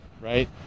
right